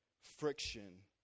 friction